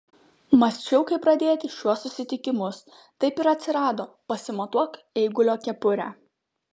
mąsčiau kaip pradėti šiuos susitikimus taip ir atsirado pasimatuok eigulio kepurę